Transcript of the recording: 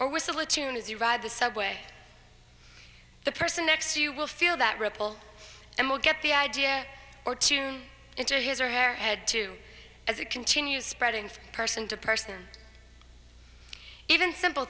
or whistle a tune as you ride the subway the person next to you will feel that ripple and will get the idea or tune into his or her head to as it continues spreading from person to person even simple